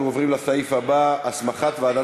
(תיקון), התשע"ה 2015,